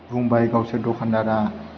बुंबाय गावसोर दखानदारा